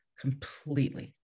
completely